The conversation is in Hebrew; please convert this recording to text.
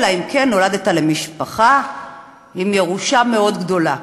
אלא אם כן נולדת למשפחה עם ירושה מאוד גדולה.